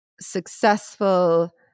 successful